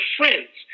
friends